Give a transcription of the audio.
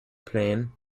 plane